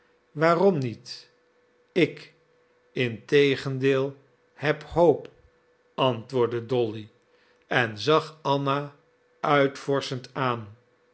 waarom niet ik integendeel heb hoop antwoordde dolly en zag anna uitvorschend aan